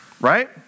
right